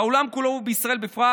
בעולם כולו ובישראל בפרט